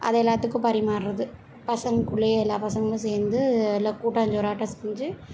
அது எல்லோத்துக்கும் பரிமாறுறது பசங்கக்குள்ளேயே எல்லாம் பசங்களும் சேர்ந்து எல்லாம் கூட்டஞ்சோறாட்டம் செஞ்சு